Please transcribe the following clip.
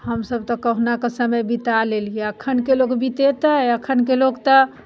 हमसब तऽ कहुनाके समय बीता लेलिए अखनके लोक बितेतै अखनके लोक तऽ